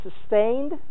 sustained